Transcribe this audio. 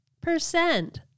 percent